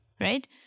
Right